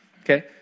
Okay